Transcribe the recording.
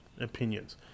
opinions